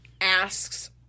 asks